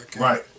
Right